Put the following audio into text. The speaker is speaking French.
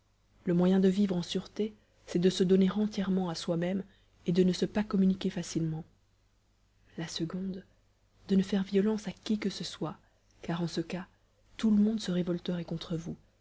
le moyen de vivre en sûreté c'est de se donner entièrement à soi-même et de ne se pas communiquer facilement la seconde de ne faire violence à qui que ce soit car en ce cas tout le monde se révolterait contre vous